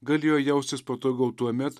galėjo jaustis patogiau tuomet